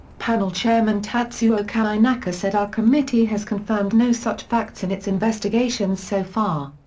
panel chairman tatsuo kainaka said our committee has confirmed no such facts in its investigations so far.